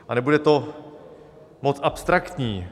A nebude to moc abstraktní.